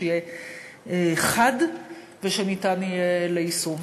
שיהיה חד ושיהיה ניתן ליישום,